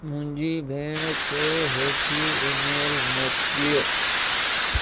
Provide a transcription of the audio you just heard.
मुंहिंजी भेण खे हेठी ईमेल मोकिलियो